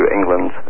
England